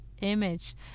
image